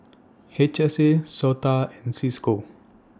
H S A Sota and CISCO